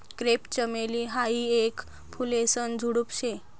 crepe चमेली हायी येक फुलेसन झुडुप शे